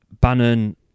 Bannon